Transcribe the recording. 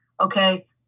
okay